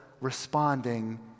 responding